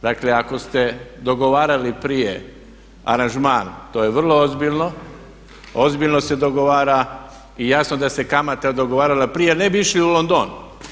Dakle, ako ste dogovarali prije aranžman to je vrlo ozbiljno, ozbiljno se dogovara i jasno da se kamata dogovarala prije ne bi išli u London.